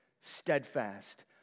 steadfast